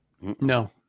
No